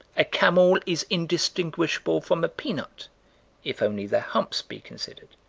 a camel is indistinguishable from a peanut if only their humps be considered.